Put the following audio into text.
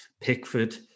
Pickford